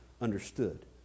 understood